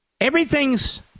Everything's